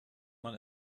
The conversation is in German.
man